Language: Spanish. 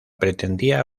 pretendía